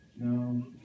no